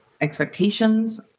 expectations